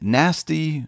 nasty